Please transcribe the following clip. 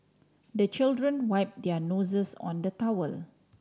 the children wipe their noses on the towel